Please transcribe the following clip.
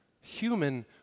Human